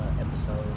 episode